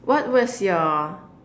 what was your